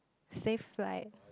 safe flight